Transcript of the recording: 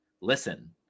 listen